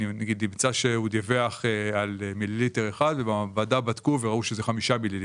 אם נמצא שהוא דיווח על מיליליטר אחד אבל במעבדה ראו שזה חמישה מיליליטר,